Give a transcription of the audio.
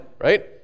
right